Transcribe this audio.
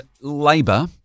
Labour